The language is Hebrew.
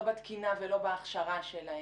לא בתקינה ולא בהכשרה שלהם.